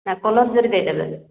ହଁ କଲର୍ ଜରି ଦେଇଦେବେ